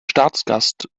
staatsgast